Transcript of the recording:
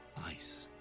ice,